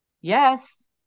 yes